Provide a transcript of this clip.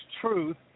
truth